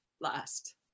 last